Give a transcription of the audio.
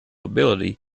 ability